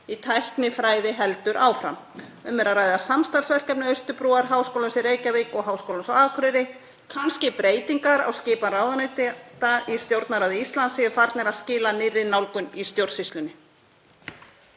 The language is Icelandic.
í tæknifræði heldur áfram. Um er að ræða samstarfsverkefni Austurbrúar, Háskólans í Reykjavík og Háskólans á Akureyri. Kannski að breytingar á skipan ráðuneyta í Stjórnarráði Íslands séu farnir að skila nýrri nálgun í stjórnsýslunni.